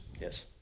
Yes